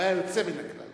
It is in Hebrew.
הוא היה יוצא מן הכלל.